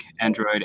Android